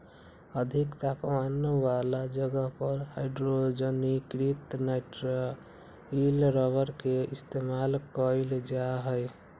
अधिक तापमान वाला जगह पर हाइड्रोजनीकृत नाइट्राइल रबर के इस्तेमाल कइल जा हई